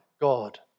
God